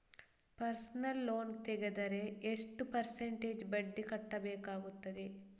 Personal loan ತೆಗೆದರೆ ಎಷ್ಟು percentage ಬಡ್ಡಿ ಕಟ್ಟಬೇಕಾಗುತ್ತದೆ?